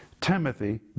Timothy